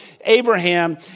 Abraham